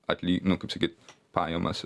atly nu kaip sakyt pajamas